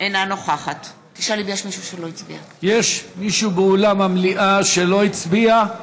אינה נוכחת יש מישהו באולם המליאה שלא הצביע?